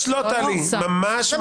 לא